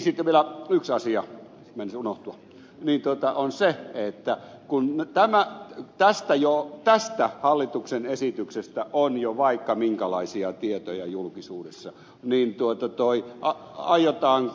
sitten vielä yksi asia joka meinasi unohtua on se kun tästä hallituksen esityksestä on jo vaikka minkälaisia tietoja julkisuudessa niin aiotaanko